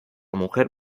mujer